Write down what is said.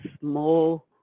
small